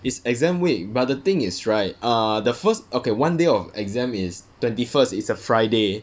it's exam week but the thing is right err the first okay one day of exam is twenty first is a friday